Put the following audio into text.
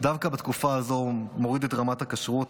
דווקא בתקופה הזו מוריד את רמת הכשרות,